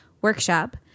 workshop